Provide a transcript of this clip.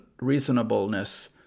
reasonableness